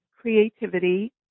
Creativity